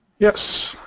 yes